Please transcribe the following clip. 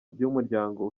bw’umuryango